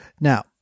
Now